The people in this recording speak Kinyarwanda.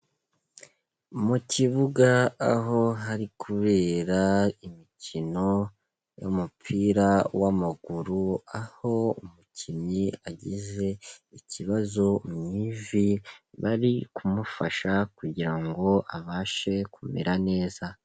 Mu kibuga aho hari kubera imikino y'umupira w'amaguru, aho umukinnyi agize ikibazo mu ivi, bari kumufasha kugira ngo abashe kumera neza.